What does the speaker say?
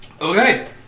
Okay